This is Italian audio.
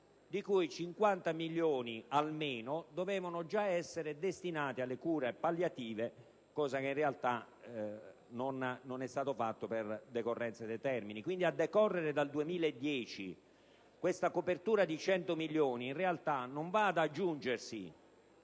di cui 50 milioni almeno dovevano essere già destinati alle cure palliative, cosa che in realtà non è avvenuta per decorrenza dei termini. Quindi, a decorrere dal 2010, la copertura di 100 milioni di euro in realtà non va ad integrare,